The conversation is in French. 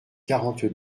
quarante